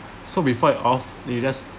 so before it off you just